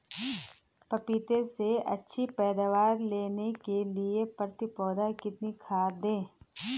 पपीते से अच्छी पैदावार लेने के लिए प्रति पौधा कितनी खाद दें?